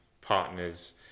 partner's